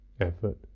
effort